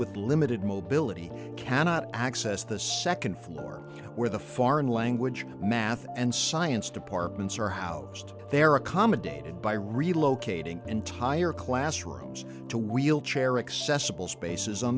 with limited mobility cannot access the nd floor where the foreign language math and science departments are housed there are accommodated by relocating entire classrooms to wheelchair accessible spaces on